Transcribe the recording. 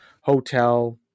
Hotel